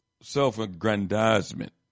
self-aggrandizement